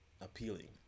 appealing